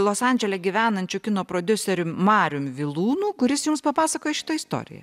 los andžele gyvenančiu kino prodiuseriu marium vilūnu kuris jum papasakoja šitą istoriją